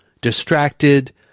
distracted